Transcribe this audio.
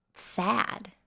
sad